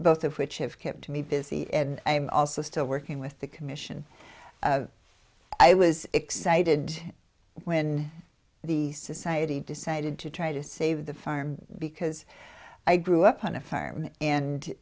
both of which have kept me busy and i am also still working with the commission i was excited when the society decided to try to save the farm because i grew up on a farm and